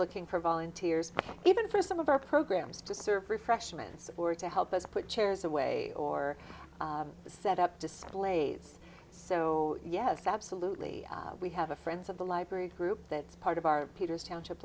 looking for volunteers even for some of our programs to serve refreshments or to help us put chairs away or set up displays so yes absolutely we have a friends of the library group that's part of our peter's township